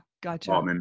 gotcha